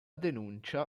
denuncia